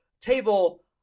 table